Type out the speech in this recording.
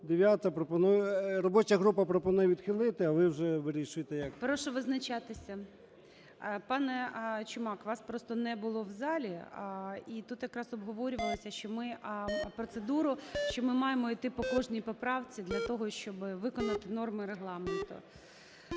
9-а, робоча група пропонує відхилити, а ви вже вирішуйте, як. ГОЛОВУЮЧИЙ. Прошу визначатися. Пане Чумак, вас просто не було в залі. І тут якраз обговорювалося, що ми процедуру… що ми маємо йти по кожній поправці для того, щоб виконати норми Регламенту.